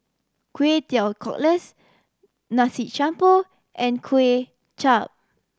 Kway Teow Cockles Nasi Campur and Kway Chap